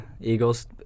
eagles